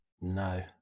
no